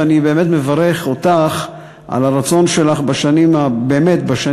ואני באמת מברך אותך על הרצון שלך בשנים האחרונות